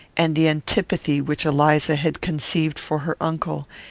and the antipathy which eliza had conceived for her uncle,